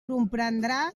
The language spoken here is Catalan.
comprendrà